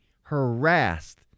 harassed